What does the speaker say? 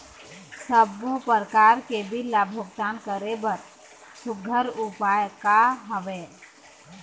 सबों प्रकार के बिल ला भुगतान करे बर सुघ्घर उपाय का हा वे?